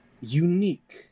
unique